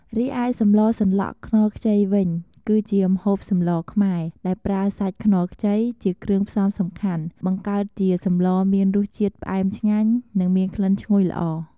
រីឯសម្លសម្លក់ខ្នុរខ្ចីវិញ គឺជាម្ហូបសម្លខ្មែរ ដែលប្រើសាច់ខ្នុរខ្ចី ជាគ្រឿងផ្សំសំខាន់ បង្កើតជាសម្លមានរសជាតិផ្អែមឆ្ងាញ់ និងមានក្លិនឈ្ងុយល្អ។